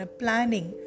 planning